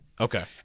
Okay